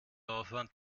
aufwand